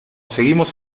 seguimos